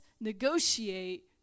negotiate